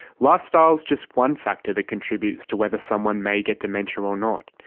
lifestyle is just one factor that contributes to whether someone may get dementia or not.